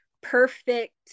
perfect